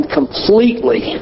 completely